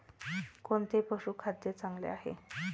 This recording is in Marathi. कोणते पशुखाद्य चांगले आहे?